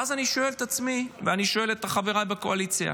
ואז אני שואל את עצמי ואני שואל את חבריי בקואליציה: